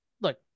look